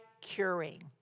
curing